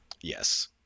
Yes